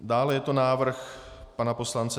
Dále je to návrh pana poslance